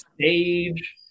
stage